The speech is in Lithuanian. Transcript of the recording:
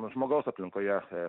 žmogaus aplinkoje